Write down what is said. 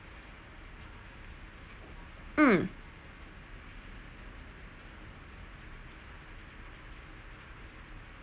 mm